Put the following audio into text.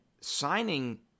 signing